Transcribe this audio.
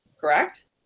Correct